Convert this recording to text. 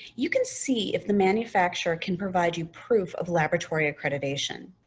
you can see if the manufacturer can provide you proof of laboratory accreditation.